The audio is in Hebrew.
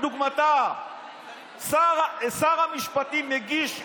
שבאמצע החוק צריך לשאול את